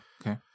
okay